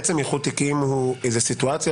איחוד תיקים הוא סיטואציה